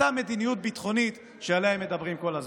מאותה מדיניות ביטחונית שעליה הם מדברים כל הזמן.